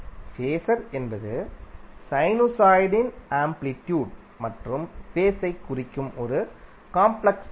phasor என்பது சைனுசாய்டின் amplitude மற்றும் ஃபேஸ் ஐக் குறிக்கும் ஒரு காம்ப்ளெக்ஸ் எண்